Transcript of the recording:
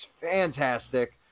fantastic